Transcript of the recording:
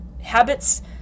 habits